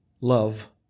Love